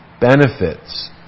benefits